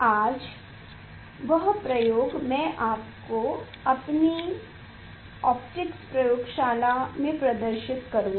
आज वह प्रयोग मैं अपनी ओपटिक्स प्रयोगशाला में प्रदर्शित करूंगा